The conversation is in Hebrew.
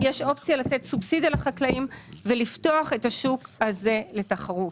יש אופציה לתת סובסידיה לחקלאים ולפתוח את השוק הזה לתחרות.